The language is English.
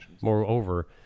Moreover